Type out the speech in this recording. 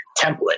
template